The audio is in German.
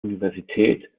universität